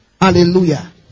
Hallelujah